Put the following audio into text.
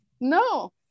No